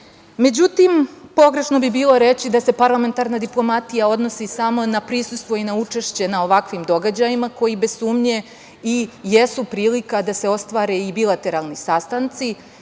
prava.Međutim, pogrešno bi bilo reći da se parlamentarna diplomatija odnosi samo na prisustvo i na učešće na ovakvim događajima, koji bez sumnje i jesu prilika da se ostvare i bilateralni sastanci. Konkretno